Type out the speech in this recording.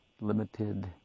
limited